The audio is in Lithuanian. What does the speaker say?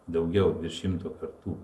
daugiau virš šimto kartų